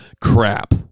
Crap